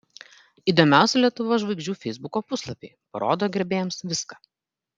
įdomiausi lietuvos žvaigždžių feisbuko puslapiai parodo gerbėjams viską